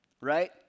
right